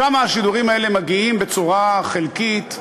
שם השידורים האלה מגיעים בצורה חלקית,